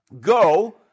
Go